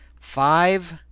five